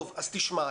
אז תשמע,